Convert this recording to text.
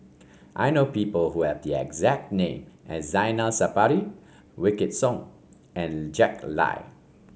I know people who have the exact name as Zainal Sapari Wykidd Song and Jack Lai